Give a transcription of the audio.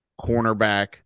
cornerback